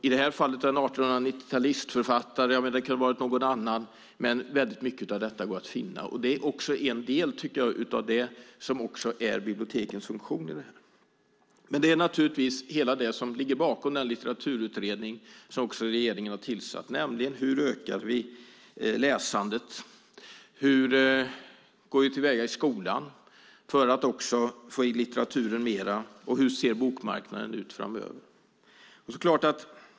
I det här fallet var det en 1890-talsförfattare, men det kunde ha varit någon annan. Väldigt mycket av detta går att finna. Det är också en del av det som är bibliotekens funktion. Det är naturligtvis detta som ligger bakom den litteraturutredning som regeringen har tillsatt, nämligen: Hur ökar vi läsandet? Hur går vi till väga i skolan för att få in litteraturen mer? Hur ser bokmarknaden ut framöver?